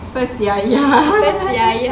first yaya